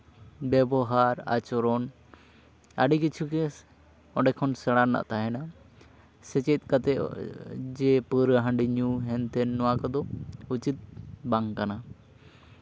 ᱵᱮᱵᱚᱦᱟᱨ ᱟᱪᱚᱨᱚᱱ ᱟᱹᱰᱤ ᱠᱤᱪᱷᱩ ᱜᱮ ᱚᱸᱰᱮ ᱠᱷᱚᱱ ᱥᱮᱬᱟ ᱨᱮᱱᱟᱜ ᱛᱟᱦᱮᱸᱱᱟ ᱥᱮᱪᱮᱫ ᱠᱟᱛᱮᱫ ᱡᱮ ᱯᱟᱹᱣᱨᱟᱹ ᱦᱟᱺᱰᱤ ᱧᱩ ᱦᱮᱱ ᱛᱷᱮᱱ ᱱᱚᱣᱟ ᱠᱚᱫᱚ ᱩᱪᱤᱛ ᱵᱟᱝ ᱠᱟᱱᱟ